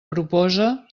proposa